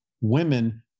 women